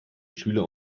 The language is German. schüler